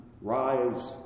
rise